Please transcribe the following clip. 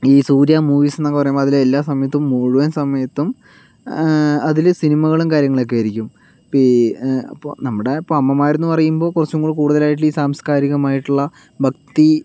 ഈ സൂര്യ മൂവീസ് എന്നൊക്കെ പറയുമ്പോൾ അതിലെല്ലാ സമയത്തും മുഴുവൻ സമയത്തും അതിൽ സിനിമകളും കാര്യങ്ങളൊക്കെ ആയിരിക്കും പി ഇപ്പോൾ നമ്മുടെ ഇപ്പോൾ അമ്മമാരെന്ന് പറയുമ്പോൾ കുറച്ചും കൂടി കൂടുതലായിട്ട് ഈ സാംസ്കാരികമായിട്ടുള്ള ഭക്തി